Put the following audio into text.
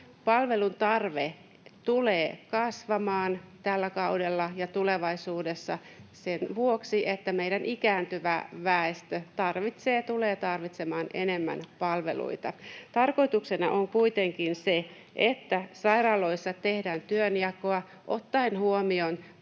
Palvelutarve tulee kasvamaan tällä kaudella ja tulevaisuudessa sen vuoksi, että meidän ikääntyvä väestömme tulee tarvitsemaan enemmän palveluita. Tarkoituksena on kuitenkin se, että sairaaloissa tehdään työnjakoa ottaen huomioon